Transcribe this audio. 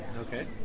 Okay